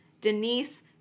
Denise